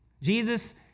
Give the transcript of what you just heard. Jesus